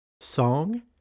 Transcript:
song